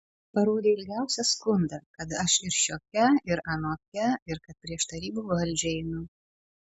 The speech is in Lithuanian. parodė ilgiausią skundą kad aš ir šiokia ir anokia ir kad prieš tarybų valdžią einu